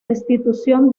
destitución